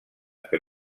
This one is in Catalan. que